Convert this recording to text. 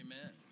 Amen